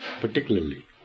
particularly